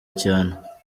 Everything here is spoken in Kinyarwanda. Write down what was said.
cyane